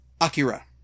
Akira